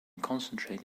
concentrate